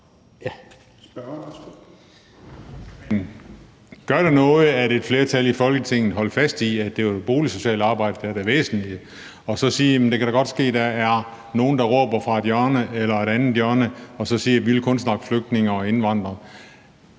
gør det noget, at et flertal i Folketinget holdt fast i, at det var boligsocialt arbejde, der er det væsentlige? Så kan det da godt ske, at der er nogle, der råber fra et eller andet hjørne, at de kun vil snakke flygtninge og indvandrere.